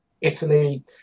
Italy